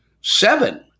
Seven